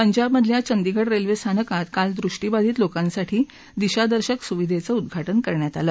पंजाबमधल्या चंडीगढ रेल्वे स्थानकात काल दृष्टीबाधित लोकांसाठी दिशादर्शक सुविधेचं उद्दा जि करण्यात आलं